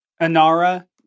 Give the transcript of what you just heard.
Anara